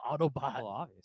Autobot